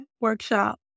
workshop